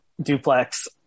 duplex